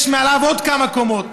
יש מעליו עוד כמה קומות